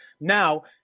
Now